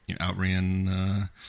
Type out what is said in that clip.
outran